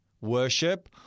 worship